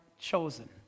chosen